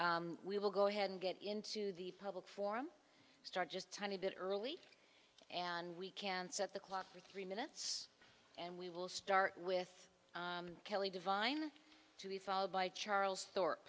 we will go ahead and get into the public forum start just a tiny bit early and we can set the clock for three minutes and we will start with kelly divine to be followed by charles st